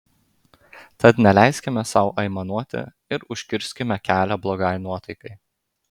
tad neleiskime sau aimanuoti ir užkirskime kelią blogai nuotaikai